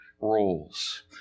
roles